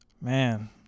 Man